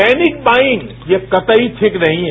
panic buying यह कतई ठीक नहीं है